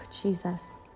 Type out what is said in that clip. Jesus